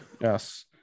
Yes